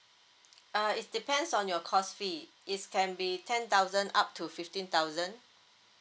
uh is depends on your course fee is can be ten thousand up to fifteen thousand